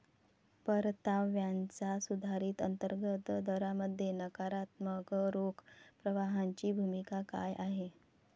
परताव्याच्या सुधारित अंतर्गत दरामध्ये नकारात्मक रोख प्रवाहाची भूमिका काय आहे?